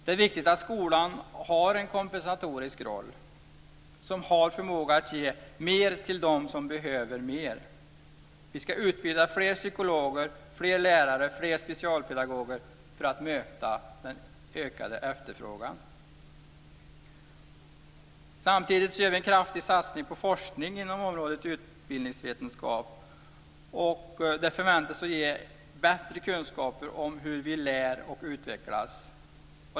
Det är viktigt att skolan har en kompensatorisk roll och har förmåga att ge mer till de som behöver mer. Vi ska utbilda fler psykologer, fler lärare och fler specialpedagoger för att möta den ökade efterfrågan. Samtidigt gör vi en kraftig satsning på forskning inom området utbildningsvetenskap. Det förväntas ge bättre kunskaper om hur vi lär och utvecklas.